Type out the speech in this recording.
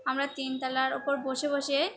আমরা তিনতলার উপর বসে বসে